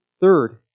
Third